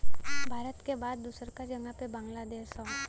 भारत के बाद दूसरका जगह पे बांग्लादेश हौ